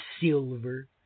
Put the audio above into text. silver